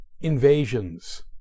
Invasions